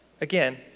again